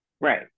Right